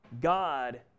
God